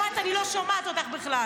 גם את, אני לא שומעת אותך בכלל.